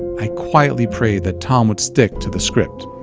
i quietly prayed that tom would stick to the script